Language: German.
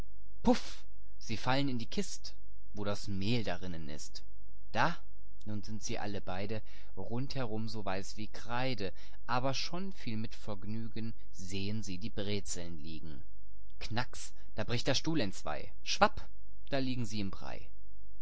puff sie fallen in die kist wo das mehl darinnen ist illustration weiß wie kreide da nun sind sie alle beide rund herum so weiß wie kreide illustration auf den stuhl aber schon mit viel vergnügen sehen sie die brezeln liegen illustration der bricht entzwei knacks da bricht der stuhl entzwei illustration und in den brei schwapp da liegen sie im brei